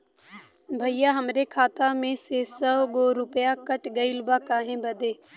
भईया हमरे खाता मे से सौ गो रूपया कट गइल बा काहे बदे?